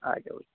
آ جاؤ